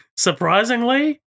Surprisingly